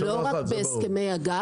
לא רק בהסכמי הגג,